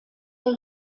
der